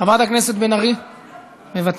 חברת הכנסת בן ארי, מוותרת.